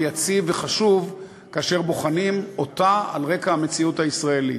יציב וחשוב כאשר בוחנים אותו על רקע המציאות הישראלית.